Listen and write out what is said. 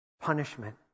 Punishment